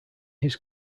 his